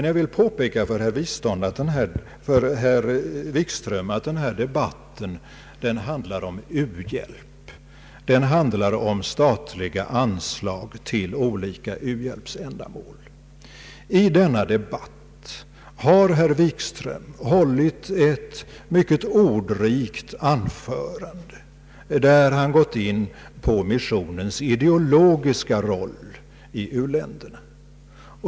Jag vill påpeka för herr Wikström att den här debatten handlar om u-hjälp. Herr Wikström har hållit ett mycket ordrikt anförande, i vilket han gått in på missionens ideologiska roll i u-länderna.